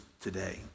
today